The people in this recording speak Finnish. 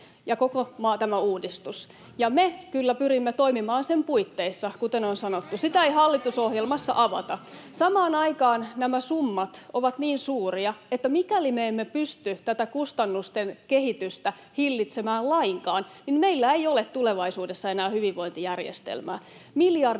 koko tämä uudistus, ja me kyllä pyrimme toimimaan sen puitteissa, kuten on sanottu. Sitä ei hallitusohjelmassa avata. Samaan aikaan nämä summat ovat niin suuria, että mikäli me emme pysty tätä kustannusten kehitystä hillitsemään lainkaan, niin meillä ei ole tulevaisuudessa enää hyvinvointijärjestelmää.